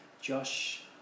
Josh